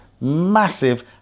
massive